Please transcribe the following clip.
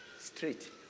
Street